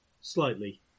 slightly